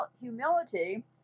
humility